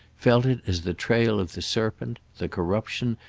felt it as the trail of the serpent, the corruption,